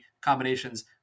combinations